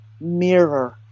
mirror